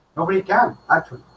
nobody can actually